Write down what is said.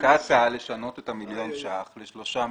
הייתה הצעה לשנות את המיליון שקלים ל-3 מיליון,